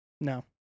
No